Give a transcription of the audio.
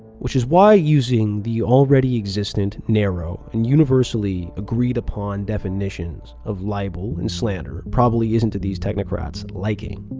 which is why using the already-existent, narrow, and universally agreed upon definitions of libel and slander probably isn't to these technocrats' liking.